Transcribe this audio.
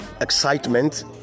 excitement